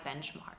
benchmark